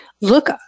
Look